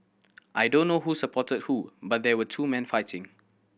I don't know who supported who but there were two men fighting